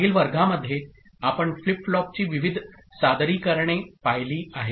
मागील वर्गामध्ये आपण फ्लिप फ्लॉपची विविध सादरीकरणे पाहिली आहेत